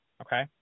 Okay